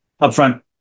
upfront